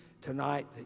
tonight